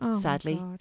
Sadly